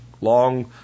long